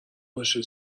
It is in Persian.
باشه